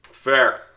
Fair